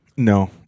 No